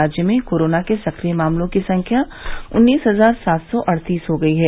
राज्य में कोरोना के सक्रिय मामलों की संख्या उन्नीस हजार सात सौ अड़तीस हो गई है